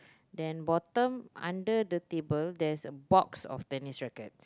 then bottom under the table there's a box of tennis racket